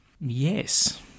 Yes